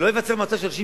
ולא ייווצר מצב שאנשים